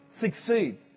succeed